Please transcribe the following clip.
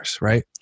right